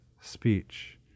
speech